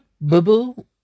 boo-boo